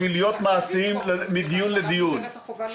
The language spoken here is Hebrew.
בשביל להיות מעשיים מדיון לדיון.